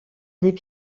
les